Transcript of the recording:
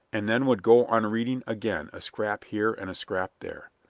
and then would go on reading again a scrap here and a scrap there.